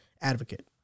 advocate